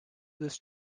this